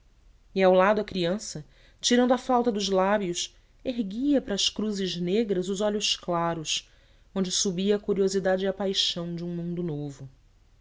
e ao lado a criança tirando a flauta dos lábios erguia para as cruzes negras os olhos claros onde subia a curiosidade e a paixão de um mundo novo